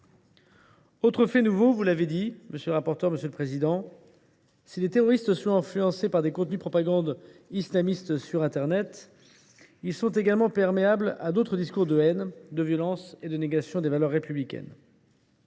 Autre fait nouveau, déjà souligné : si les terroristes sont influencés par des contenus de propagande islamiste sur internet, ils sont également perméables à d’autres discours de haine, de violence et de négation des valeurs républicaines.